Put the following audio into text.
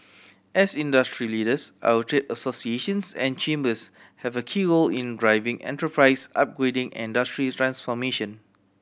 as industry leaders our trade associations and chambers have a key role in driving enterprise upgrading and industry transformation